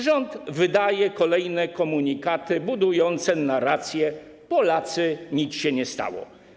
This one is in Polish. Rząd wydaje kolejne komunikaty budujące narrację: Polacy, nic się nie stało.